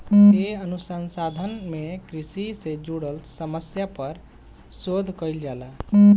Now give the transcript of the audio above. ए अनुसंधान में कृषि से जुड़ल समस्या पर शोध कईल जाला